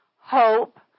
hope